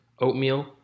oatmeal